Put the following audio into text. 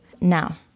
now